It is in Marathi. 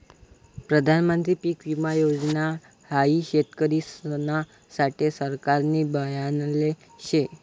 प्रधानमंत्री पीक विमा योजना हाई शेतकरिसना साठे सरकारनी बनायले शे